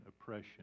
oppression